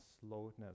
slowness